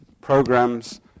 programs